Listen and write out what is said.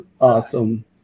awesome